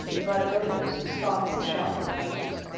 budd doble's scoffing shout arose.